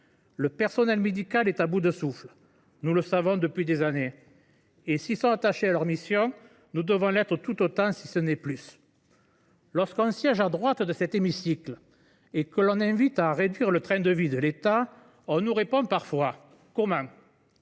Le personnel médical est à bout de souffle, nous le savons depuis des années, et, s’ils sont attachés à leur mission, nous devons l’être tout autant, si ce n’est plus. Lorsque l’on siège à droite de cet hémicycle et que l’on invite à réduire le train de vie de l’État, on nous répond parfois : comment ?